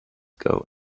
ago